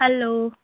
hello